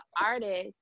artist